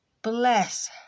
Bless